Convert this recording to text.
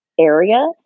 area